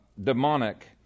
demonic